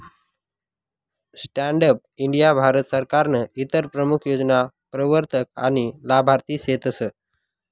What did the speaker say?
stand up India Bharat सरकारनं इतर प्रमूख योजना प्रवरतक आनी लाभार्थी सेतस